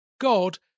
God